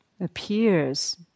appears